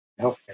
healthcare